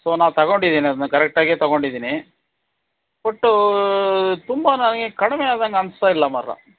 so ನಾನು ತಗೊಂಡಿದ್ದೀನದನ್ನ ಕರೆಕ್ಟಾಗೆ ತಗೊಂಡಿದ್ದೀನಿ ಒಟ್ಟು ತುಂಬ ನನಗೆ ಕಡಿಮೆ ಆದಂಗೆ ಅನಿಸ್ತಾ ಇಲ್ಲ ಮಾರ್ರೆ